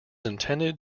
intended